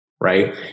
right